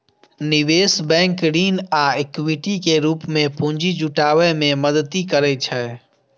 निवेश बैंक ऋण आ इक्विटी के रूप मे पूंजी जुटाबै मे मदति करै छै